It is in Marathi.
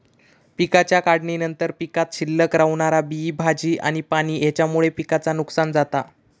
पिकाच्या काढणीनंतर पीकात शिल्लक रवणारा बी, भाजी आणि पाणी हेच्यामुळे पिकाचा नुकसान जाता